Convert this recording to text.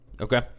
Okay